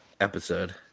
episode